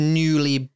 newly